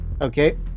Okay